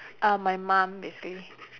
uh my mum basically